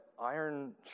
iron